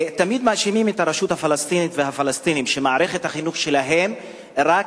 תמיד מאשימים את הרשות הפלסטינית והפלסטינים שמערכת החינוך שלהם רק